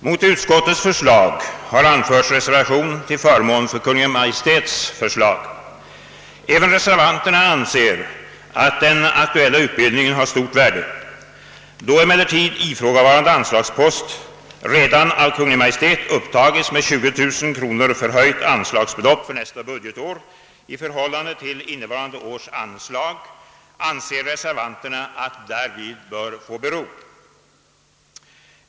Mot utskottets förslag har anförts reservation till förmån för Kungl. Maj:ts förslag. Även reservanterna anser att den aktuella utbildningen har stort värde. Då emellertid ifrågavarande anslagspost redan av Kungl. Maj:t upptagits till ett med 20000 kronor förhöjt anslagsbelopp för nästa budgetår i förhållande till innevarande års anslag, anser reservanterna att därvid bör kunna få bero.